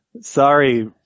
sorry